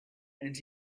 and